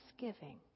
thanksgiving